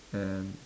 and